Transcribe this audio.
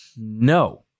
No